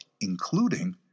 including